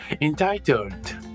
entitled